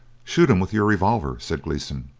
shoot him with your revolver, said gleeson.